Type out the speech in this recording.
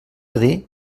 dir